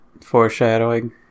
foreshadowing